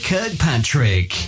Kirkpatrick